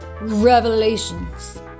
revelations